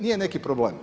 Nije neki problem.